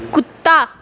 ਕੁੱਤਾ